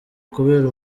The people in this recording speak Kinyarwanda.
kubera